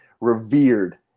revered